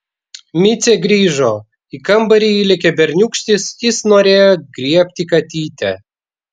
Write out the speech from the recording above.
micė grįžo į kambarį įlėkė berniūkštis jis norėjo griebti katytę